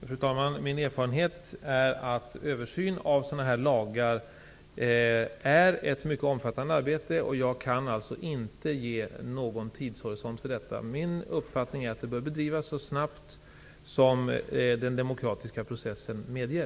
Fru talman! Min erfarenhet är att översyn av lagar av detta slag är ett mycket omfattande arbete. Jag kan alltså inte nämna någon tidshorisont för detta. Min uppfattning är att arbetet bör bedrivas så snabbt som den demokratiska processen medger.